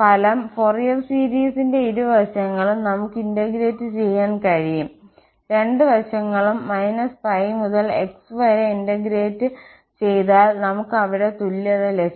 ഫലം സാധുവാണ് ഈ യഥാർത്ഥ സീരീസ് കോൺവെർജ്സ് ചെയ്തില്ലെങ്കിലും ഫോറിയർ സീരീസിന്റെ ഇരുവശങ്ങളും നമുക്ക് ഇന്റഗ്രേറ്റ് ചെയ്യാൻ കഴിയും രണ്ട് വശങ്ങളും −π മുതൽ x വരെ ഇന്റഗ്രേറ്റ് ചെയ്താൽ നമുക്ക് അവിടെ തുല്യത ലഭിക്കും